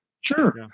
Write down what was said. Sure